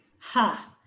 Ha